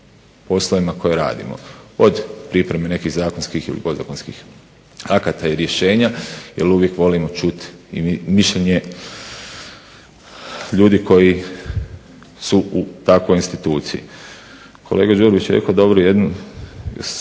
poslovima koje radimo od pripreme nekih zakonskih ili podzakonskih akata i rješenja jel uvijek volimo čut i mišljenje ljudi koji su u takvoj instituciji. Kolega Đurović je rekao dobru jednu